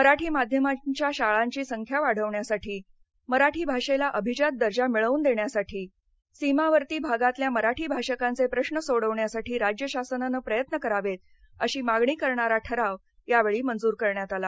मराठी माध्यमाच्या शाळांची संख्या वाढवण्यासाठी मराठी भाषेला अभिजात दर्जा मिळवून देण्यासाठी सीमावर्ती भागातल्या मराठी भाषिकांचे प्रश्न सोडवण्यासाठी राज्य शासनानं प्रयत्न करावेत अशी मागणी करणारा ठराव यावेळी मंजूर करण्यात आला